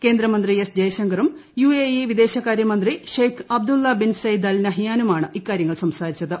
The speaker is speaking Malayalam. കേന്ദ്ര മന്ത്രി എസ് ജയശങ്കറും യു എ ഇ വീദേശകാര്യ മന്ത്രി Sheikh Abdullah bin Zayed Al നഹിയാനുമാണ് ഇക്കാര്യങ്ങൾ സംസാരിച്ചത്